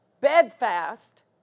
bedfast